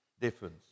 difference